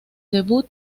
debut